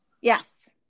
yes